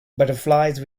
butterflies